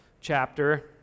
chapter